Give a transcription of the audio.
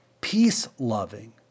peace-loving